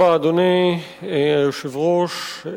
אדוני היושב-ראש,